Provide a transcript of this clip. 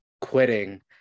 quitting